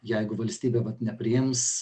jeigu valstybė vat nepriims